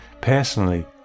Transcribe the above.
Personally